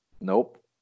Nope